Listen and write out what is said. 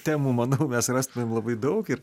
temų manau mes rastumėm labai daug ir